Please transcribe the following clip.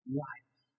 life